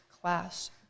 class